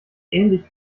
ähnlich